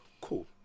cool